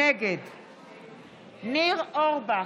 נגד ניר אורבך,